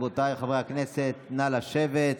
רבותיי חברי הכנסת, נא לשבת.